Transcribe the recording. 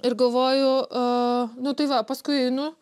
ir galvoju a nu tai va paskui einu